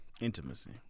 Intimacy